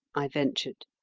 i ventured.